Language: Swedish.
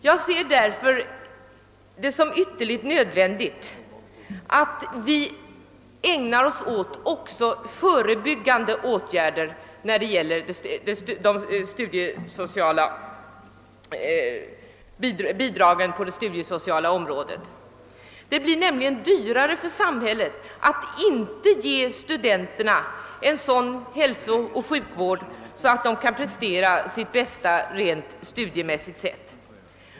Jag ser det därför som ytterligt nödvändigt att vi också ägnar oss åt förebyggande åtgärder på det studiesociala området. Det blir nämligen dyrare för samhället att inte ge studenterna en sådan hälsooch sjukvård att de kan prestera sitt bästa rent studiemässigt sett.